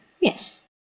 yes